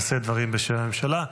לשאת דברים בשם הממשלה,